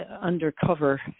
undercover